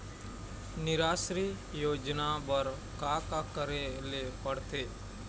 निराश्री योजना बर का का करे ले पड़ते?